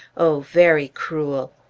oh! very cruel!